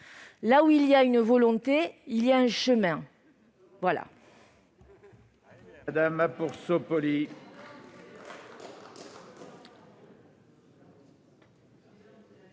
Là où il y a une volonté, il y a un chemin !